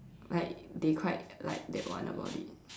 like they quite like that one about it